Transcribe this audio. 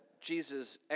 Jesus